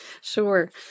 Sure